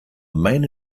main